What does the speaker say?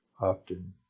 often